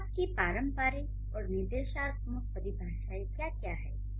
उपपद की पारंपरिक और निर्देशात्मक परिभाषाएँ क्या क्या है